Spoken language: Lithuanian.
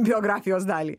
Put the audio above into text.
biografijos dalį